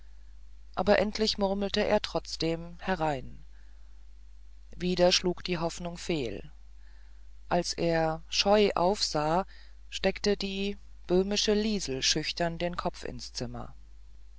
aber endlich murmelte er trotzdem herein wieder schlug die hoffnung fehl als er scheu aufsah steckte die böhmische liesel schüchtern den kopf ins zimmer